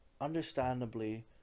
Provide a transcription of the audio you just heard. understandably